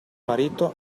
marito